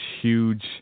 huge